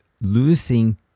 losing